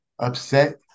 upset